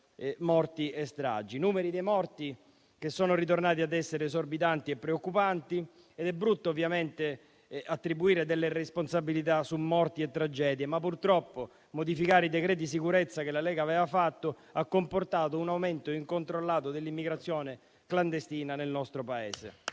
morti e stragi. I numeri dei morti sono ritornati a essere esorbitanti e preoccupanti ed è brutto ovviamente attribuire responsabilità su morti e tragedie, ma purtroppo modificare i decreti sicurezza che la Lega aveva fatto ha comportato un aumento incontrollato dell'immigrazione clandestina nel nostro Paese